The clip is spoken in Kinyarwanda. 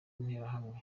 interahamwe